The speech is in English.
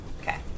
Okay